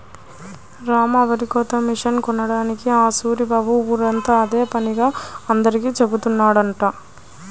రాము వరికోత మిషన్ కొన్నాడని ఆ సూరిబాబు ఊరంతా అదే పనిగా అందరికీ జెబుతున్నాడంట